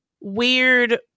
weird